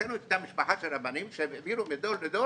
אצלנו הייתה משפחה של רבנים שהעבירו מדור לדור